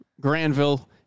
Granville